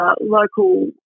local